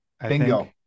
Bingo